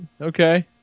Okay